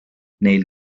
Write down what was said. neil